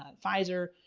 ah pfizer.